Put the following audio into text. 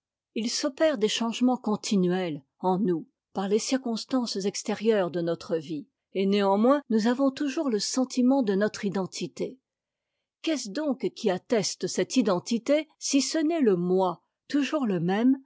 il s'opère des changements continuels en nous par les circonstances extérieures de notre vie et néanmoins nous avons toujours le sentiment de notre identité qu'est ce donc qui atteste cette identité si ce n'est le moi toujours le même